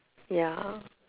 ya